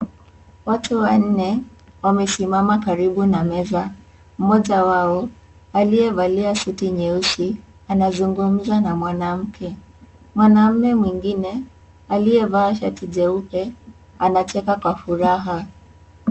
Watu wanne wamesimama karibu na meza. Mmoja wao aliyevalia suti nyeusi anazungumza na mwanamke. Mwanaume mwingine aliyevaa shati jeupe anacheka kwa furaha.